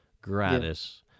gratis